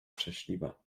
szczęśliwa